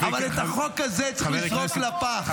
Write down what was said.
אבל את החוק הזה צריך לזרוק לפח.